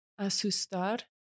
asustar